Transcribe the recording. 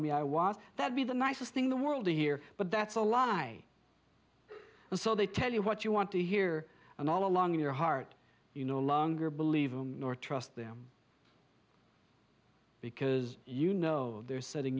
me i was that be the nicest thing the world to hear but that's a lie and so they tell you what you want to hear and all along in your heart you no longer believe them nor trust them because you know they're setting